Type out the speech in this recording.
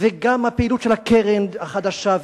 וגם הפעילות של הקרן החדשה,